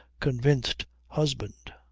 convinced husband.